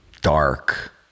dark